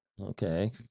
Okay